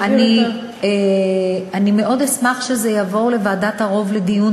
אני מאוד אשמח שזה יעבור לוועדת ערו"ב לדיון,